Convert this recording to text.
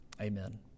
Amen